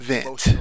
Vent